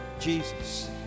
Jesus